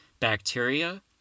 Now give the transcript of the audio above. bacteria